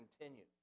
continue